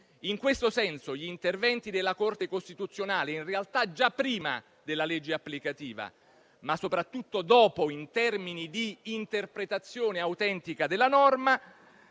In questo senso, gli interventi della Corte costituzionale, in realtà già prima della legge applicativa, ma soprattutto dopo in termini di interpretazione autentica della norma,